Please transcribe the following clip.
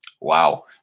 Wow